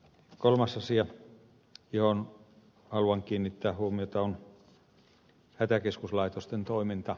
kolmas asia johon haluan kiinnittää huomiota on hätäkeskuslaitosten toiminta